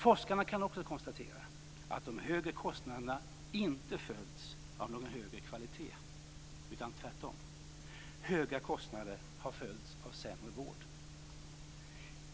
Forskarna kan också konstatera att de högre kostnaderna inte följts av någon högre kvalitet, utan tvärtom. Höga kostnader har följts av sämre vård.